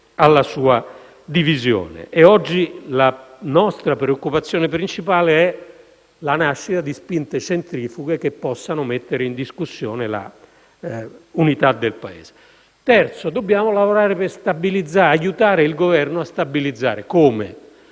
alla sua divisione. Oggi, infatti, la nostra preoccupazione principale è la nascita di spinte centrifughe che possano mettere in discussione l'unità del Paese. In terzo luogo, dobbiamo lavorare per aiutare il Governo nella stabilizzazione,